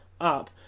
up